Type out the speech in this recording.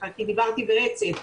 כי דיברתי ברצף,